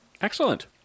Excellent